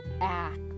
act